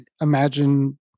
imagine